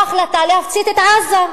או ההחלטה להפציץ את עזה,